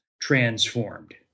transformed